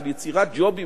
של יצירת ג'ובים,